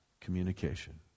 communication